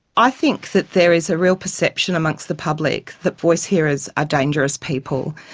i think that there is a real perception amongst the public that voice hearers are dangerous people.